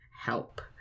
help